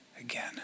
again